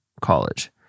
college